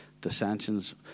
dissensions